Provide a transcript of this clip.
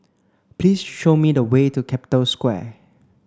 please show me the way to Capital Square